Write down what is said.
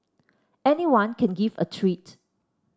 anyone can give a treat